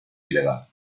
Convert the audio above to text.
ilegal